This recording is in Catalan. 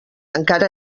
encara